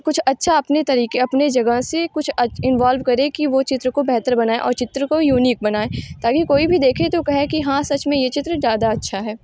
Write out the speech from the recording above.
कुछ अच्छा अपने तरीक़े अपने जगह से कुछ इन्वोल्व करें कि वो चित्र को बेहतर बनाए और चित्र काे यूनीक बनाएं तभी कोई भी देखे तो कहे कि हाँ सच में ये चित्र ज़्यादा अच्छा है